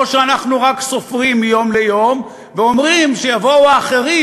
או שאנחנו רק סופרים מיום ליום ואומרים: שיבואו האחרים,